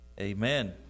amen